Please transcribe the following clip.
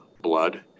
blood